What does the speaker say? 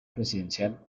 presidencial